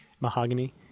Mahogany